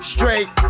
Straight